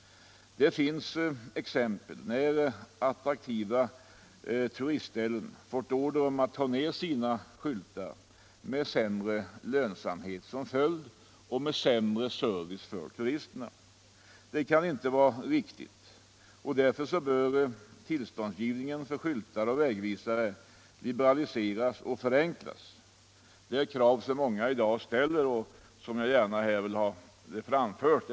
Det finns exempel på att attraktiva turistställen fått order att ta ner sina skyltar, med sämre lönsamhet och sämre service för turisterna som följd. Detta kan inte vara riktigt. Därför bör tillståndsgivningen för skyltar och vägvisare liberaliseras och förenklas. De enskilda ini Nr 84 tiativen skall uppmuntras. Det är krav som många i dag ställer och som Onsdagen den jag gärna här vill ha framförda.